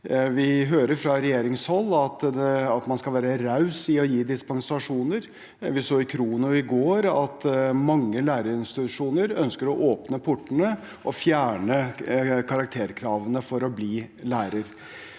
Vi hører fra regjeringshold at man skal være raus med å gi dispensasjoner. Vi så på khrono.no i går at mange læreinstitusjoner ønsker å åpne portene og fjerne karakterkravene for å bli lærer.